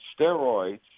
steroids